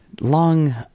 long